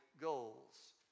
goals